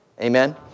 Amen